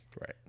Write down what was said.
Right